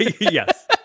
Yes